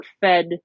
fed